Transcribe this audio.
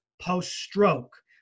post-stroke